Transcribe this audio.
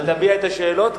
ותביע את השאלות,